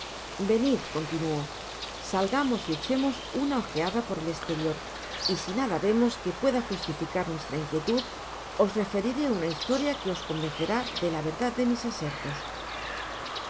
venid continuó salgamos y echemos una ojeada por el esterior y si nada vemos que pueda justificar nuestra inquietud os referiré una historia que os convencerá de la verdad de mis asertos